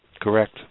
Correct